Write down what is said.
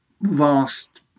vast